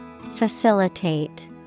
Facilitate